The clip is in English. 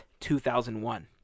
2001